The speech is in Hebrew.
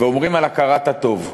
ואומרים: על הכרת הטוב.